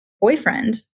boyfriend